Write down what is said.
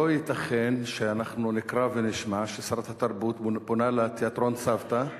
לא ייתכן שאנחנו נקרא ונשמע ששרת התרבות פונה לתיאטרון "צוותא"